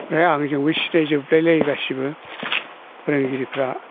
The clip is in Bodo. ओमफ्राय आंजोंबो सिनायजोबलायलायो गासैबो फोरोंगिरिफ्रा